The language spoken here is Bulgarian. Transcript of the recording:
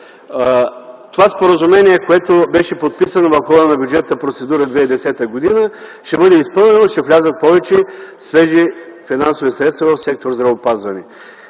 това споразумение, което беше подписано в хода на бюджетната процедура 2010 г., ще бъде изпълнено, ще влязат повече свежи финансови средства в сектор „Здравеопазване”.